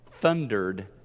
thundered